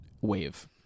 wave